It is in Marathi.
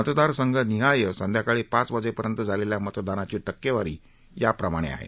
मतदार संघनिहाय संध्याकाळी पाच वाजेपर्यंत झालेल्या मतदानाची टक्केवारी याप्रमाणे आहे